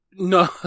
No